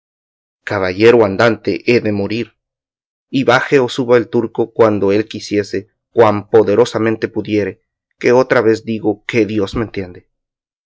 caballero andante he de morir y baje o suba el turco cuando él quisiere y cuan poderosamente pudiere que otra vez digo que dios me entiende